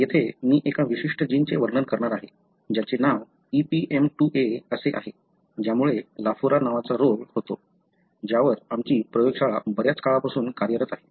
येथे मी एका विशिष्ट जीनचे वर्णन करणार आहे ज्याचे नाव EPM2A असे आहे ज्यामुळे लाफोरा नावाचा रोग होतो ज्यावर आमची प्रयोगशाळा बऱ्याच काळापासून कार्यरत आहे